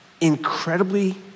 incredibly